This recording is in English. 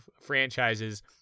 franchises